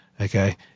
okay